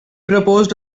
proposed